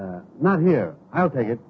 me not here i'll take it